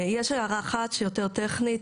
יש הערה אחת שהיא יותר טכנית,